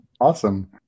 Awesome